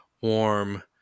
warm